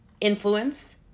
influence